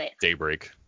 daybreak